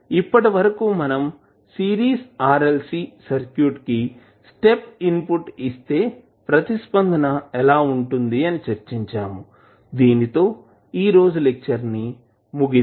ఇప్పటివరకు మనం series RLC circuit కి స్టెప్ ఇన్పుట్ ఇస్తే ప్రతిస్పందన ఎలా ఉంటుంది అని చర్చించాము దీనితో ఈ రోజు లెక్చర్ ముగిద్దాం